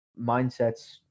mindsets